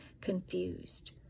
confused